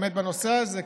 הנושא הזה,